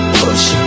push